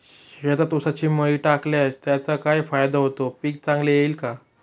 शेतात ऊसाची मळी टाकल्यास त्याचा काय फायदा होतो, पीक चांगले येईल का?